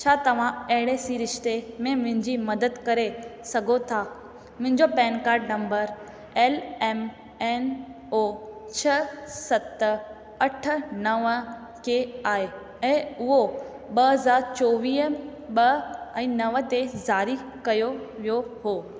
छा तव्हां अहिड़े सिरश्ते में मुंहिंजी मदद करे सघो था मुंहिंजो PAN card number L M N O छह सत अठ नव के आहे ऐं उहो ॿ हज़ार चोवीह ॿ ऐं नव ते ज़ारी कयो वियो हो